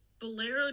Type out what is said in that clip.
Bolero